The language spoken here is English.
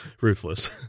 ruthless